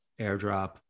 airdrop